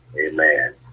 Amen